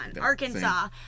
Arkansas